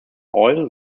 oil